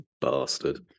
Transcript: Bastard